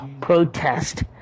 protest